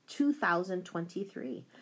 2023